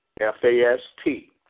F-A-S-T